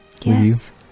Yes